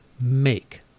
make